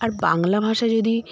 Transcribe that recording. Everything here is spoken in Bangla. আর বাংলা ভাষা যদি